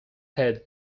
head